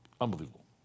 unbelievable